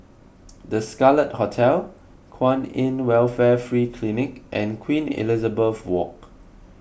the Scarlet Hotel Kwan in Welfare Free Clinic and Queen Elizabeth Walk